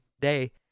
day